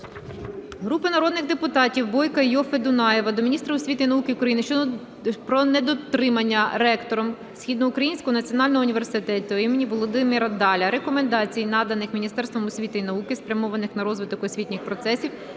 Групи народних депутатів (Бойка, Іоффе, Дунаєва) до міністра освіти і науки України про недотримування ректором Східноукраїнського національного університету імені Володимира Даля рекомендацій, наданих Міністерством освіти і науки, спрямованих на розвиток освітніх процесів,